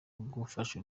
ugufasha